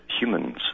humans